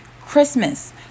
Christmas